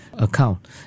account